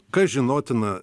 kas žinotina